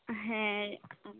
হ্যাঁ